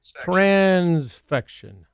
Transfection